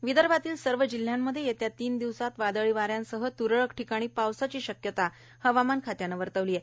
हवामान विदर्भातील सर्व जिल्ह्यांमध्ये येत्या तीन दिवसात वादळी वाऱ्यांसह त्रळक पावसाची शक्यता हवामान खात्याने वर्तविली आहे